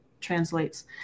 translates